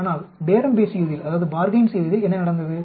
ஆனால் பேரம் பேசியதில் என்ன நடந்தது